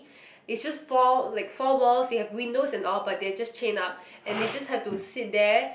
is just four like four walls you have windows and all but they're just chained up and they just have to sit there